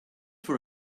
for